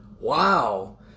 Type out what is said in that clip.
Wow